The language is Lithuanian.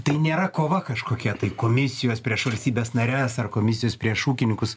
tai nėra kova kažkokia tai komisijos prieš valstybes nares ar komisijos prieš ūkininkus